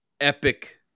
epic